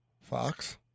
Fox